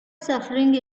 suffering